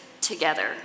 together